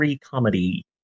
comedy